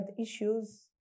issues